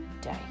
day